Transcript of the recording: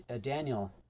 Daniel